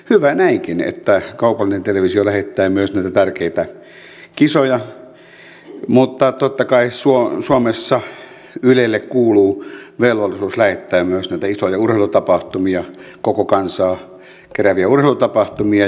hyvä näinkin että kaupallinen televisio lähettää myös näitä tärkeitä kisoja mutta totta kai suomessa ylelle kuuluu myös velvollisuus lähettää isoja urheilutapahtumia koko kansaa kerääviä urheilutapahtumia